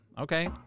Okay